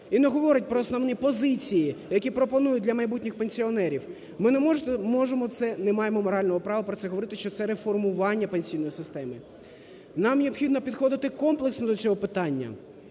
і не говорять про основні позиції, які пропонують для майбутніх пенсіонерів, ми не можемо це, не маємо морального права про це говорити, що це реформування пенсійної системи. Нам необхідно підходити комплексно до цього питання,